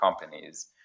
companies